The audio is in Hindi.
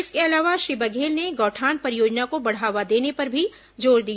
इसके अलावा श्री बघेल ने गौठान परियोजना को बढावा देने पर भी जोर दिया